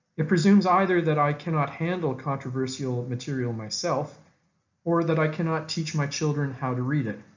it presumes either that i cannot handle controversial of material myself or that i cannot teach my children how to read it